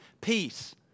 peace